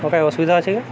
କାଏ ଅସୁବିଧା ଅଛି କି